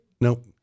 Nope